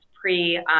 pre